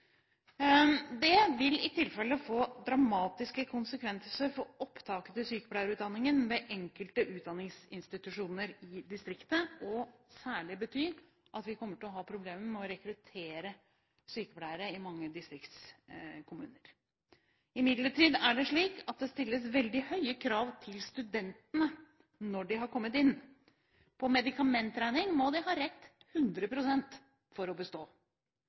Det vil i tilfelle få dramatiske konsekvenser for opptaket til sykepleierutdanningen ved enkelte utdanningsinstitusjoner i distriktene, og særlig bety at vi kommer til å ha problemer med å rekruttere sykepleiere i mange distriktskommuner. Imidlertid er det slik at det stilles veldig høye krav til studentene når de har kommet inn. På medikamentregning må de ha 100 pst. rett for å bestå.